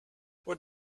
what